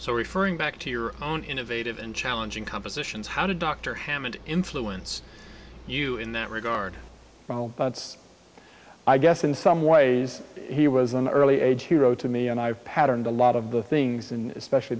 so referring back to your own innovative and challenging compositions how did dr hammond influence you in that regard i guess in some ways he was an early age hero to me and i've patterned a lot of the things and especially